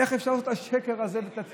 איך אפשר לעשות את השקר הזה, הסבר: